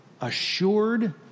assured